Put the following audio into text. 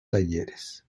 talleres